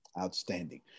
Outstanding